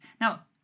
Now